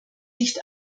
nicht